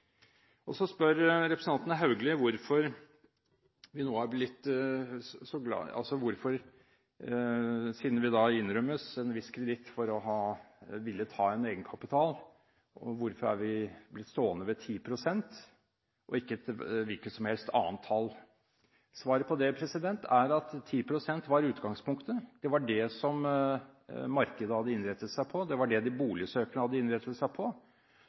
avveies. Så spør representanten Haugli – siden vi innrømmes en viss kreditt for å ha villet ha en egenkapital – hvorfor vi har blitt stående ved 10 pst. og ikke et hvilket som helst annet tall. Svaret på det er at 10 pst. var utgangspunktet, det var det som markedet hadde innrettet seg på, det var det de boligsøkende hadde innrettet seg på.